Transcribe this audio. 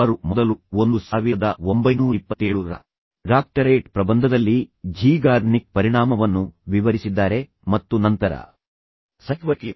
ಅವರು ಮೊದಲು 1927 ರ ಡಾಕ್ಟರೇಟ್ ಪ್ರಬಂಧದಲ್ಲಿ ಝೀಗಾರ್ನಿಕ್ ಪರಿಣಾಮವನ್ನು ವಿವರಿಸಿದ್ದಾರೆ ಮತ್ತು ನಂತರ ಸೈಕ್ ವೈಕಿ